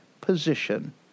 position